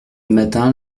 matin